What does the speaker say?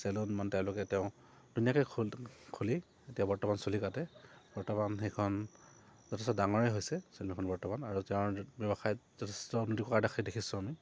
salon মানে তেওঁলোকে তেওঁ ধুনীয়াকৈ খোল খুলি এতিয়া বৰ্তমান চলি কাটে বৰ্তমান সেইখন যথেষ্ট ডাঙৰে হৈছে চেলুখন বৰ্তমান আৰু তেওঁৰ ব্যৱসায়ত যথেষ্ট উন্নতি কৰা দেখিছোঁ আমি